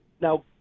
Now